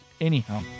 Anyhow